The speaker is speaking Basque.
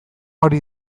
hori